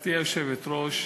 גברתי היושבת-ראש,